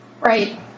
Right